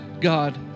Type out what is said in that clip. God